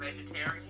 vegetarian